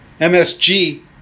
MSG